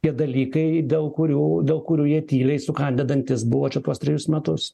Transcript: tie dalykai dėl kurių dėl kurių jie tyliai sukandę dantis buvo čia tuos trejus metus